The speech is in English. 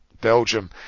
Belgium